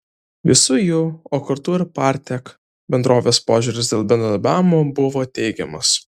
visų jų o kartu ir partek bendrovės požiūris dėl bendradarbiavimo buvo teigiamas